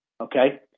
okay